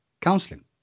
counselling